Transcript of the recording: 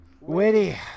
Witty